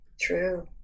True